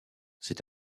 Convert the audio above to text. c’est